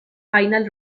final